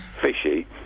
fishy